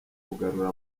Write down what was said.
kugarura